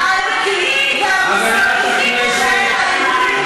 הערכית והמוסרית של הארגונים האלה,